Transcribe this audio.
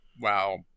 wow